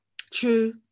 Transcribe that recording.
true